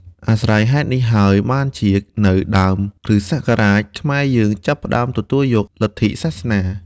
អាស្រ័យហេតុនេះហើយ បានជានៅដើមគ្រិស្តសករាជ ខ្មែរយើងចាប់ផ្តើមទទួលយកលទ្ធិសាសនា។